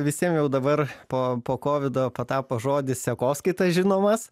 visiem jau dabar po po kovido patapo žodis sekoskaita žinomas